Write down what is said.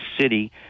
city